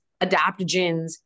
adaptogens